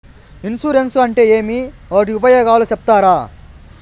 Insurance అంటే ఏమి? వాటి ఉపయోగాలు సెప్తారా?